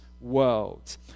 world